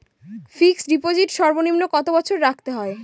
Fixed deposit সর্বনিম্ন কত বছর রাখতে হয়?